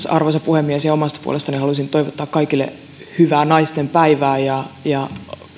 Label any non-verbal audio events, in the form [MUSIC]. [UNINTELLIGIBLE] arvoisa puhemies omasta puolestani halusin toivottaa kaikille hyvää naistenpäivää ja ja